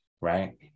right